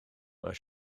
mae